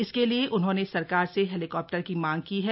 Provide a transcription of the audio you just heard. इसके लिए उन्होंने सरकार से हेलीकॉप्टर की मांग की है